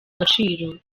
agaciro